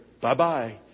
Bye-bye